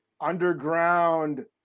underground